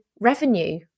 revenue